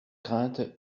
crainte